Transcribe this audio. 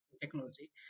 technology